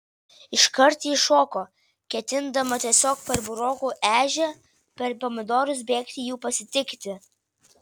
iškart ji šoko ketindama tiesiog per burokų ežią per pomidorus bėgti jų pasitikti